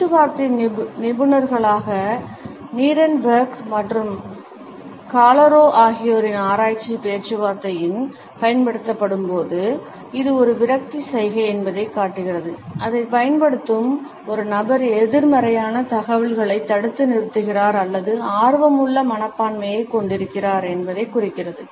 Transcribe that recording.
பேச்சுவார்த்தை நிபுணர்களான நீரன்பெர்க் மற்றும் காலெரோ ஆகியோரின் ஆராய்ச்சி பேச்சுவார்த்தையின் பயன்படுத்தப்படும்போது இது ஒரு விரக்தி சைகை என்பதைக் காட்டுகிறது அதைப் பயன்படுத்தும் ஒரு நபர் எதிர்மறையான தகவல்களைத் தடுத்து நிறுத்துகிறார் அல்லது ஆர்வமுள்ள மனப்பான்மையைக் கொண்டிருக்கிறார் என்பதைக் குறிக்கிறது